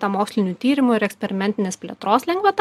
tą mokslinių tyrimų ir eksperimentinės plėtros lengvata